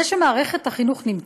זה שמערכת החינוך,